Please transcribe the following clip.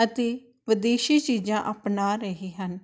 ਅਤੇ ਵਿਦੇਸ਼ੀ ਚੀਜ਼ਾਂ ਅਪਣਾ ਰਹੇ ਹਨ